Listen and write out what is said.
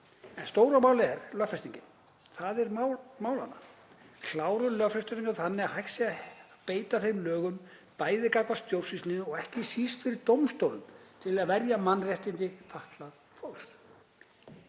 En stóra málið er lögfestingin. Það er mál málanna. Klárum lögfestinguna þannig að hægt sé að beita þeim lögum, bæði gagnvart stjórnsýslunni og ekki síst fyrir dómstólum, til að verja mannréttindi fatlaðs fólks.